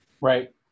Right